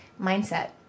mindset